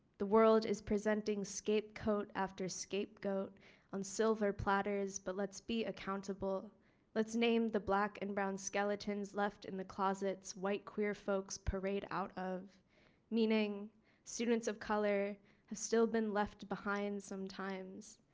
the world is presenting scapegoat after scapegoat on silver platters but let's be accountable let's name the black and brown skeletons left in the closet white queer folks parade out of meaning students of color have still been left behind sometimes.